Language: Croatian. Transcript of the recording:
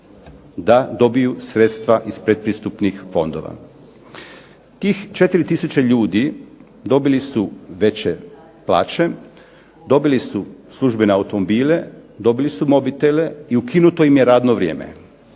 da dobiju sredstva iz predpristupnih fondova. Tih 4 tisuće ljudi dobili su veće plaće, dobili su službene automobile, dobili su mobitele i ukinuto im je radno vrijeme.